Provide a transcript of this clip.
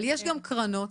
אבל יש גם קרנות.